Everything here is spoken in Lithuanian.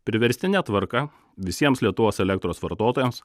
priverstine tvarka visiems lietuvos elektros vartotojams